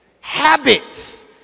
habits